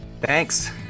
thanks